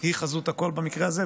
במקרה זה.